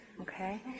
okay